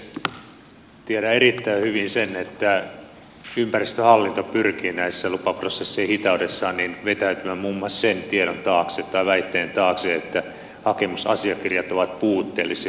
tiedän erittäin hyvin sen että ympäristöhallinto pyrkii lupaprosessien hitaudessaan vetäytymään muun muassa sen tiedon tai väitteen taakse että hakemusasiakirjat ovat usein puutteellisia